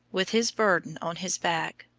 with his burden on his back,